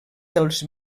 dels